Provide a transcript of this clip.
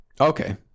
Okay